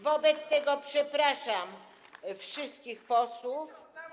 Wobec tego przepraszam wszystkich posłów.